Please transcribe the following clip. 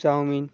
chowmein